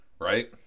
right